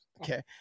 okay